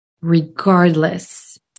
regardless